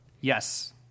Yes